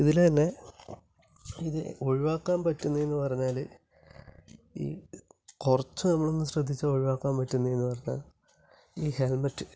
ഇതിൽ തന്നെ ഇത് ഒഴിവാക്കാന് പറ്റുന്നതെന്ന് പറഞ്ഞാൽ ഈ കുറച്ചു നമ്മൾ ഒന്ന് ശ്രദ്ധിച്ചാൽ ഒഴിവാക്കാന് പറ്റുന്നതെന്ന് പറഞ്ഞാൽ ഈ ഹെല്മറ്റ്